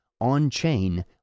on-chain